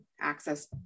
access